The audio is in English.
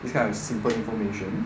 this kind of simple information